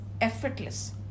effortless